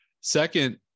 second